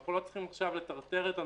אנחנו לא צריכים עכשיו לטרטר את הנוסעים,